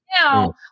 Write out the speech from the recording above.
now